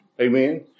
Amen